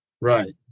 Right